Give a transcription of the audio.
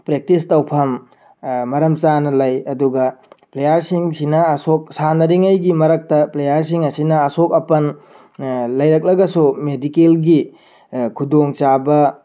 practice ꯇꯧꯐꯝ ꯃꯔꯝꯆꯥꯅ ꯂꯩ ꯑꯗꯨꯒ ꯄ꯭ꯂꯦꯌꯥꯔꯁꯤꯡꯁꯤꯅ ꯁꯥꯟꯅꯔꯤꯉꯩ ꯃꯔꯛꯇ ꯄ꯭ꯂꯦꯌꯥꯔꯁꯤꯡ ꯑꯁꯤꯅ ꯑꯁꯣꯛ ꯑꯄꯟ ꯂꯩꯔꯛꯂꯒꯁꯨ ꯃꯦꯗꯤꯀꯦꯜꯒꯤ ꯈꯨꯗꯣꯡꯆꯥꯕ